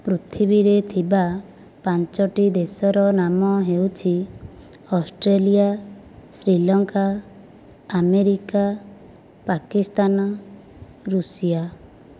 ପୃଥିବୀରେ ଥିବା ପାଞ୍ଚଟି ଦେଶର ନାମ ହେଉଛି Australia Sri Lanka America Pakistan Russia